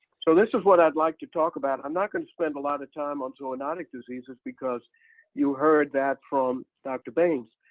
so this is what i'd like to talk about i'm not going to spend a lot of time on zoonotic diseases because you heard that from dr. baines.